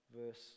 verse